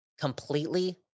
completely